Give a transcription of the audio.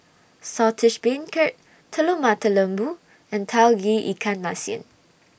Saltish Beancurd Telur Mata Lembu and Tauge Ikan Masin